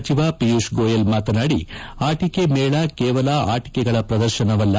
ಸಚಿವ ಪಿಯೂಷ್ ಗೋಯಲ್ ಮಾತನಾಡಿ ಅಟಿಕೆ ಮೇಳೆ ಕೇವಲ ಅಟಿಕೆಗಳ ಪ್ರದರ್ಶನವಲ್ಲ